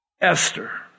Esther